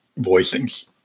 voicings